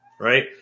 right